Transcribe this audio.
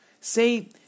Say